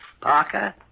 Parker